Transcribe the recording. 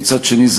ומצד שני,